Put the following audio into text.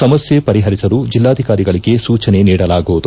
ಸಮಸ್ಯ ಪರಿಹರಿಸಲು ಜೆಲ್ಲಾಧಿಕಾರಿಗಳಿಗೆ ಸೂಚನೆ ನೀಡಲಾಗುವುದು